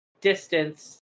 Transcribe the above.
distance